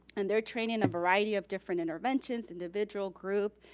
and they're training a variety of different interventions, individual, group,